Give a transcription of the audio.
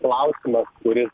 klausimas kuris